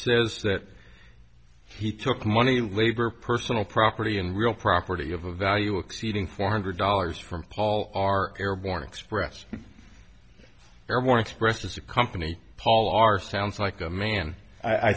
says that he took money labor personal property and real property of a value exceeding four hundred dollars from paul are airborne express airborne express as a company paul are sounds like a man i